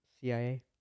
CIA